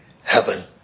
heaven